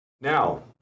Now